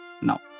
now